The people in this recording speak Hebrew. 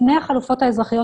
לפני החלופות האזרחיות,